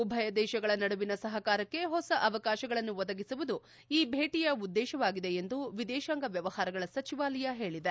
ಉಭಯ ದೇಶಗಳ ನಡುವಿನ ಸಹಕಾರಕ್ಷೆ ಹೊಸ ಅವಕಾಶಗಳನ್ನು ಒದಗಿಸುವುದು ಈ ಭೇಟಿಯ ಉದ್ದೇಶವಾಗಿದೆ ಎಂದು ವಿದೇಶಾಂಗ ವ್ಲವಹಾರಗಳ ಸಚಿವಾಲಯ ಹೇಳಿದೆ